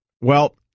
Well-